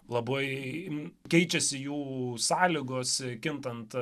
labai keičiasi jų sąlygos kintant